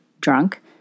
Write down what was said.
drunk